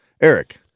Eric